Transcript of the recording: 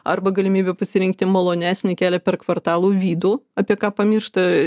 arba galimybė pasirinkti malonesnį kelią per kvartalų vidų apie ką pamiršta